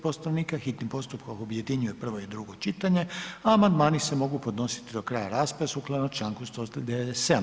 Poslovnika hitni postupak objedinjuje prvo i drugo čitanje, a amandmani se mogu podnositi do kraja rasprave sukladno čl. 197.